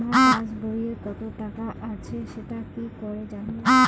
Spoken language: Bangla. আমার পাসবইয়ে কত টাকা আছে সেটা কি করে জানবো?